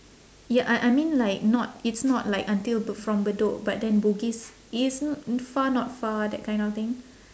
ya I I mean like not it's like not like until from bedok but then bugis is n~ far not far that kind of thing